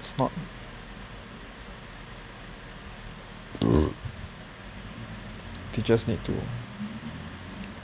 it's not they just need to